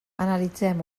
analitzem